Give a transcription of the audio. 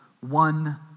One